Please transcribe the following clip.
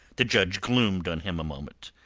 the judge gloomed on him a moment.